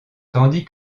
tandis